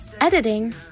editing